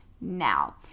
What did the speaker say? now